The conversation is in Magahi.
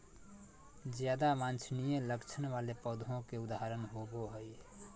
ज्यादा वांछनीय लक्षण वाले पौधों के उदाहरण होबो हइ